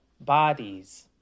bodies